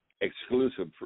exclusive